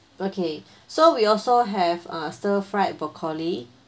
okay so we also have a stir fried broccoli